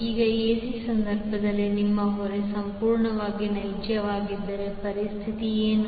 ಈಗ ac ಸಂದರ್ಭದಲ್ಲಿ ನಿಮ್ಮ ಹೊರೆ ಸಂಪೂರ್ಣವಾಗಿ ನೈಜವಾಗಿದ್ದರೆ ಪರಿಸ್ಥಿತಿ ಏನು